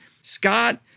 Scott